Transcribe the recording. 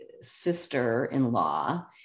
sister-in-law